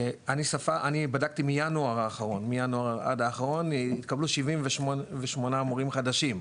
בדקתי מינואר האחרון ועד להיום התקבלו כ-78 מורים חדשים,